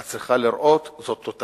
את צריכה לראות, זאת תותחית.